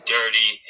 Dirty